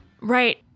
Right